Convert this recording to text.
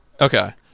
Okay